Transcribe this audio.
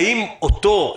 האם אותו,